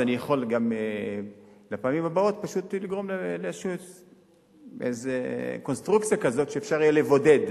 אני יכול לפעמים הבאות פשוט לגרום לקונסטרוקציה כזאת שיהיה אפשר לבודד.